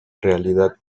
realidad